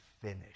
finish